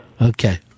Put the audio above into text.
Okay